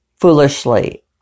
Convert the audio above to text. foolishly